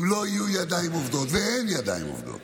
אם לא יהיו ידיים עובדות, ואין ידיים עובדות,